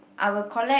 I'll collect